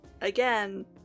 again